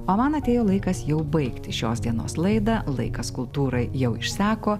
o man atėjo laikas jau baigti šios dienos laidą laikas kultūrai jau išseko